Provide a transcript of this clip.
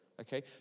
okay